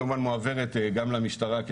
כמובן מועברת גם למשטרה,